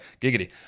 Giggity